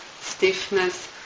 stiffness